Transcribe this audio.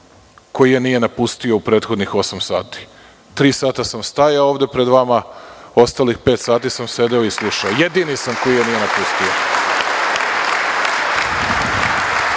koji je nije napustio u prethodnih osam sati. Tri sata sam stajao ovde pred vama. Ostalih pet sati sam sedeo i slušao. Jedini sam koji je nije napustio. Nisam